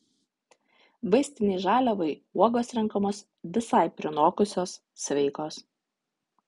vaistinei žaliavai uogos renkamos visai prinokusios sveikos